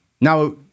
Now